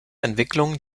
entwicklung